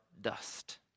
dust